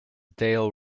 dale